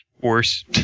Worse